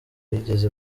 yigeze